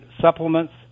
supplements